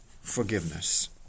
forgiveness